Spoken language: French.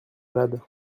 malade